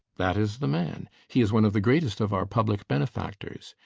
that is the man. he is one of the greatest of our public benefactors.